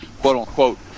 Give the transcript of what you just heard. quote-unquote